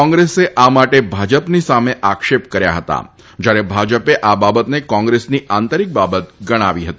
કોંગ્રેસે આ માટે ભાજપની સામે આક્ષેપ કર્યા હતા શ્યારે ભાજપે આ બાબતને કોંગ્રેસની આંતરિક બાબત ગણાવી હતી